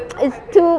it's too